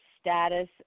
status